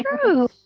true